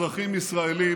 למעט כניסת אזרחים ישראלים